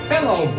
Hello